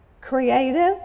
creative